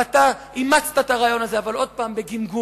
ואתה אימצת את הרעיון הזה, אבל עוד פעם בגמגום,